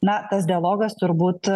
na tas dialogas turbūt